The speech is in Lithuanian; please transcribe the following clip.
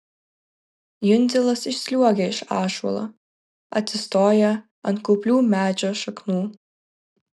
jundzilas išsliuogia iš ąžuolo atsistoja ant kuplių medžio šaknų